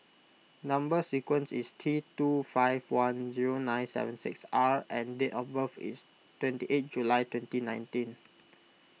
Number Sequence is T two five one zero nine seven six R and date of birth is twenty eight July twenty nineteen